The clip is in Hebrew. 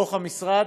בתוך המשרד,